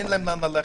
אין להן לאן ללכת.